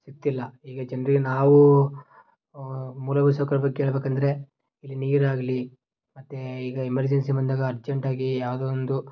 ಸಿಗ್ತಿಲ್ಲ ಈಗ ಜನ್ರಿಗೆ ನಾವು ಮೂಲಭೂತ ಸೌಕರ್ಯದ ಬಗ್ಗೆ ಕೇಳ್ಬೇಕಂದ್ರೆ ಇಲ್ಲಿ ನೀರಾಗಲಿ ಮತ್ತು ಈಗ ಎಮರ್ಜೆನ್ಸಿ ಬಂದಾಗ ಅರ್ಜೆಂಟಾಗಿ ಯಾವುದೋ ಒಂದು